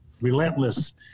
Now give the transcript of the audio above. relentless